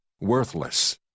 worthless